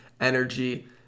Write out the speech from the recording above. energy